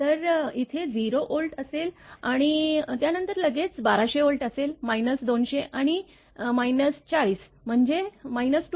तर इथे 0 व्होल्ट असेल आणि त्यानंतर लगेचच 1200 व्होल्ट असेल 200 आणि 40 म्हणजे 240